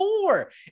four